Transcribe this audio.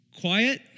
quiet